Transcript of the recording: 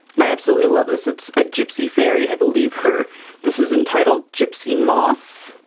and i absolutely love this it's a gypsy fairy! i believe her this is entitled gypsy moth?